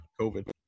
COVID